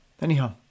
Anyhow